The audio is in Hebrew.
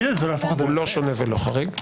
הוא לא שונה ולא חריג.